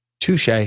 Touche